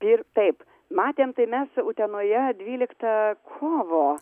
ir taip matėm tai mes utenoje dvyliktą kovo